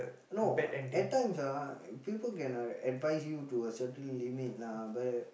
no at times ah people can uh advise you to a certain limit lah but